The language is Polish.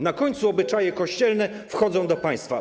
Na końcu obyczaje kościelne wchodzą do państwa.